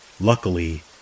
Luckily